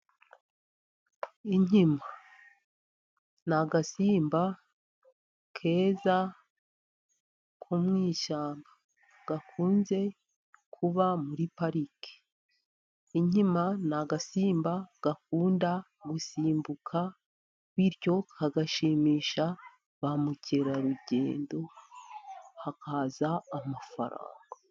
Inkima ni agasimba keza ko mu ishyamba gakunze kuba muri pariki, inkima ni agasimba gakunda gusimbuka, bityo kagashimisha bamukerarugendo hakaza amafaranga.